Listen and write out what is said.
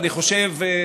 אני חושב,